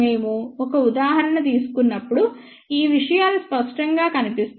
మేము ఒక ఉదాహరణ తీసుకున్నప్పుడు ఈ విషయాలు స్పష్టంగా కనిపిస్తాయి